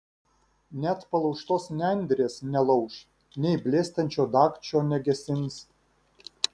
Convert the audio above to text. net palaužtos nendrės nelauš nei blėstančio dagčio negesins